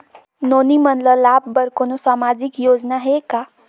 नोनी मन ल लाभ बर कोनो सामाजिक योजना हे का?